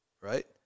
Right